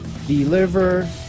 deliver